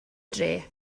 dre